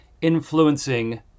influencing